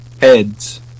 heads